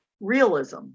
realism